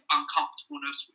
uncomfortableness